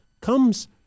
comes